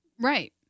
Right